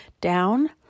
down